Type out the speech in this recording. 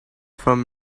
from